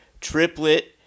Triplet